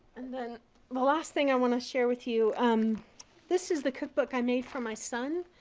and then the last thing i want to share with you um this is the cookbook i made for my son.